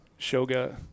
shoga